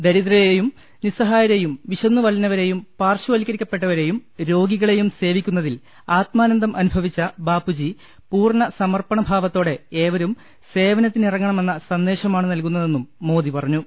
ദരിദ്രരെയും നിസ്സഹായരെയും വിശുന്നുവലഞ്ഞവരെയും പാർശ്വവ ത്കരിക്കപ്പെട്ടവരെയും രോഗികളെയും സേവിക്കുന്നതിൽ ആത്മാനന്ദം അനുഭവിച്ച ബാപ്പുജി പൂർണ്ണ സമർപ്പണ ഭാവത്തോടെ ഏവരും സേവന ത്തിനിറങ്ങണമെന്ന സന്ദേശമാണ് നൽകുന്നതെന്നും മോദി പറഞ്ഞു